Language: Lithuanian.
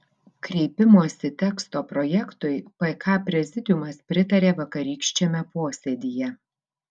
kreipimosi teksto projektui pk prezidiumas pritarė vakarykščiame posėdyje